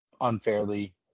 unfairly